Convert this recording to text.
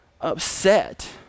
upset